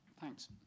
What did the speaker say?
Thanks